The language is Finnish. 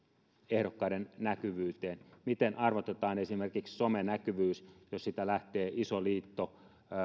ehdokkaiden näkyvyyteen miten arvotetaan esimerkiksi somenäkyvyys jos sitä lähtee iso liitto